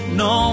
no